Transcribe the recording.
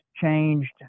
changed